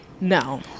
No